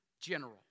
general